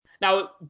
Now